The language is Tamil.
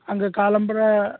அங்கே காலம்பர